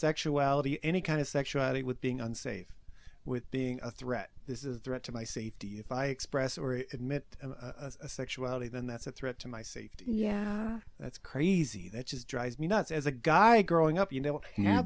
sexuality any kind of sexuality with being unsafe with being a threat this is a threat to my safety if i express or admit sexuality then that's a threat to my safety yeah that's crazy that just drives me nuts as a guy growing up you know